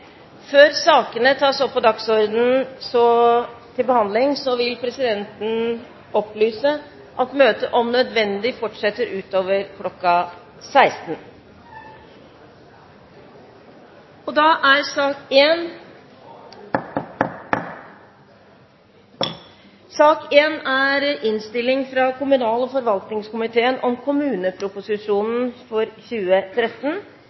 Før sakene på dagens kart tas opp til behandling, vil presidenten opplyse om at møtet om nødvendig fortsetter utover kl. 16. Etter ønske fra kommunal- og forvaltningskomiteen